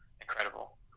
incredible